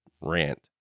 rant